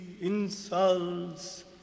insults